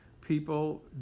people